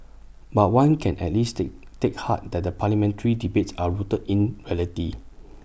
but one can at least take take heart that the parliamentary debates are rooted in reality